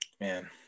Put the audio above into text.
Man